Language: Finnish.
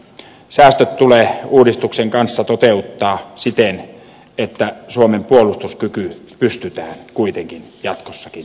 säästöt tulee uudistuksen kanssa toteuttaa siten että suomen puolustuskyky pystytään kuitenkin jatkossakin turvaamaan